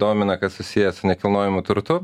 domina kas susiję su nekilnojamu turtu